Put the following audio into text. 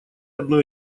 одной